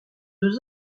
deux